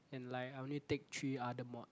and like I only take three other mod